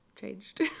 changed